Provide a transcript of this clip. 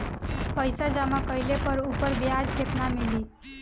पइसा जमा कइले पर ऊपर ब्याज केतना मिली?